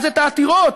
אז בעתירות